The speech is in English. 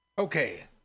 Okay